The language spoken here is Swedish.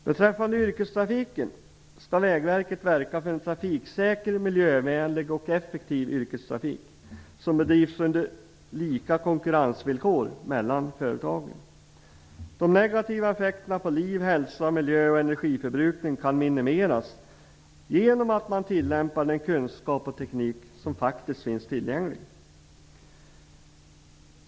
Beträffande yrkestrafiken skall Vägverket verka för en trafiksäker, miljövänlig och effektiv yrkestrafik som bedrivs under lika konkurrensvillkor mellan företagen. De negativa effekterna på liv, hälsa, miljö och energiförbrukning kan minimeras genom att man tillämpar den kunskap och teknik som faktiskt finns tillgänglig.